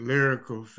Lyrical